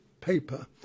paper